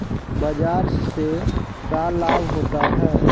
बाजार से का लाभ होता है?